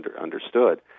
understood